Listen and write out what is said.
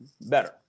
better